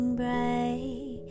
bright